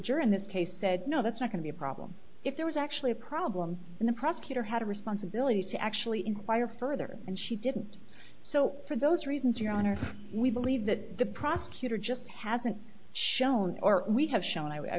jury in this case said no that's not going be a problem if there was actually a problem and the prosecutor had a responsibility to actually inquire further and she didn't so for those reasons your honor we believe that the prosecutor just hasn't shown or we have shown i